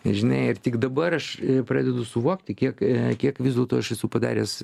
žinai ir tik dabar aš pradedu suvokti kiek kiek vis dėlto aš esu padaręs